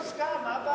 מוסכם, מה הבעיה?